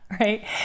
right